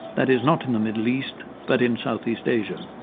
that is, not in the middle east but in south east asia.